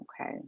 okay